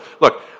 look